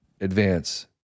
advance